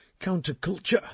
Counterculture